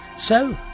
so,